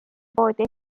poodi